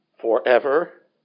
forever